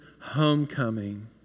homecoming